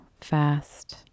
fast